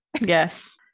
yes